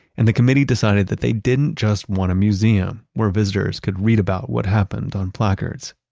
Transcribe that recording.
and the committee decided that they didn't just want a museum where visitors could read about what happened on placards.